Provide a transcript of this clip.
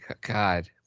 God